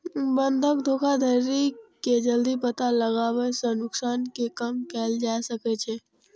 बंधक धोखाधड़ी के जल्दी पता लगाबै सं नुकसान कें कम कैल जा सकै छै